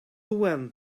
went